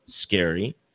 scary